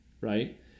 right